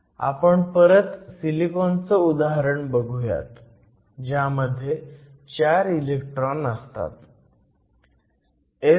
आपण परत सिलिकॉनचं उदाहरण बघुयात ज्यामध्ये 4 इलेक्ट्रॉन असतात